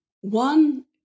One